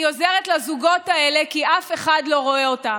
אני עוזרת לזוגות האלה כי אף אחד לא רואה אותם,